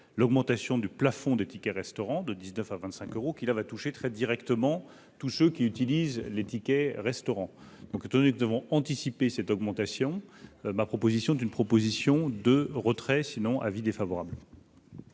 l'augmentation du plafond des tickets restaurants de 19 à 25 euros qui là va toucher très directement tous ceux qui utilisent les tickets restaurant donc étonné que devons anticiper cette augmentation ma proposition d'une proposition de retrait sinon avis défavorable.